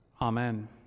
Amen